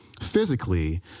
physically